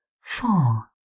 Four